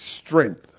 strength